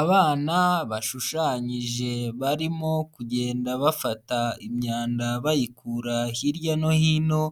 Abana bashushanyije barimo kugenda bafata imyanda bayikura hirya no hino,